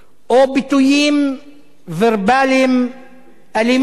או ביטויים ורבליים אלימים,